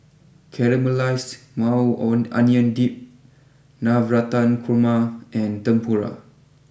Caramelized Maui Onion Dip Navratan Korma and Tempura